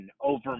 over